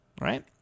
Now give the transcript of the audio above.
right